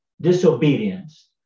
disobedience